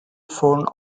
phone